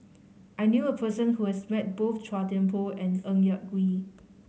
I knew a person who has met both Chua Thian Poh and Ng Yak Whee